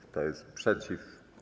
Kto jest przeciw?